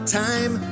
time